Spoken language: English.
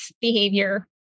behavior